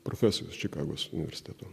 profesorius čikagos universiteto